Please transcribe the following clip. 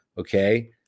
Okay